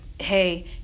hey